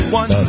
one